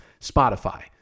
Spotify